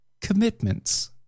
commitments